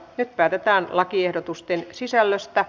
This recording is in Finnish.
nyt päätetään lakiehdotusten sisällöstä